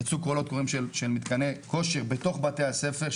הוקמו כל מיני מתקני כושר בתוך בתי הספר,